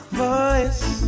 voice